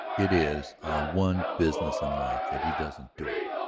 it is our one business in life that he doesn't do it.